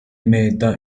meta